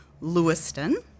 Lewiston